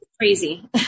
crazy